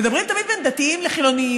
אומרים תמיד בין דתיים לחילונים,